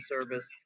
service